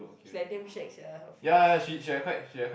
she like damn shag sia her face